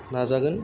नाजागोन